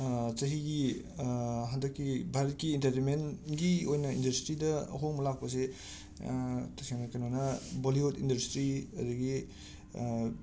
ꯆꯍꯤꯒꯤ ꯍꯟꯗꯛꯀꯤ ꯚꯥꯔꯠꯀꯤ ꯏꯟꯇꯔꯇꯦꯟꯃꯦꯟꯒꯤ ꯑꯣꯏꯅ ꯏꯟꯗꯁꯇ꯭ꯔꯤꯗ ꯑꯍꯣꯡꯕ ꯂꯥꯛꯄꯖꯦ ꯇꯁꯦꯡꯅ ꯀꯩꯅꯣꯅ ꯕꯣꯂꯤꯋꯨꯠ ꯏꯟꯗꯁꯇ꯭ꯔꯤ ꯑꯗꯒꯤ